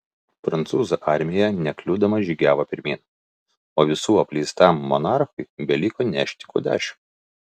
prancūzų armija nekliudoma žygiavo pirmyn o visų apleistam monarchui beliko nešti kudašių